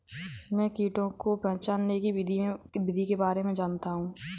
मैं कीटों को पहचानने की विधि के बारे में जनता हूँ